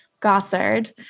Gossard